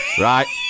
right